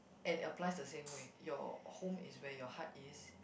and applies the same way your home is where your heart is